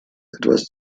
etwas